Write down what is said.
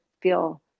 feel